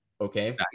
okay